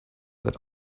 that